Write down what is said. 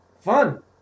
Fun